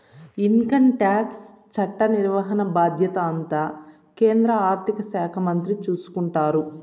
income tax చట్ట నిర్వహణ బాధ్యత అంతా కేంద్ర ఆర్థిక శాఖ మంత్రి చూసుకుంటారు